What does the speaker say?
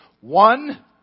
one